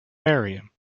merriam